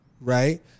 Right